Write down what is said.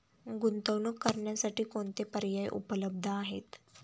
गुंतवणूक करण्यासाठी कोणते पर्याय उपलब्ध आहेत?